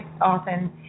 often